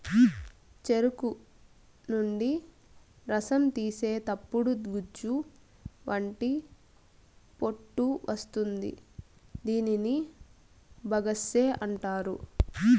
చెరుకు నుండి రసం తీసేతప్పుడు గుజ్జు వంటి పొట్టు వస్తుంది దీనిని బగస్సే అంటారు